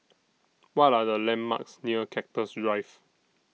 What Are The landmarks near Cactus Drive